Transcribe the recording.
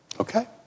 Okay